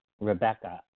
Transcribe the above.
Rebecca